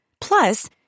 Plus